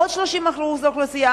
עוד 30% מהאוכלוסייה,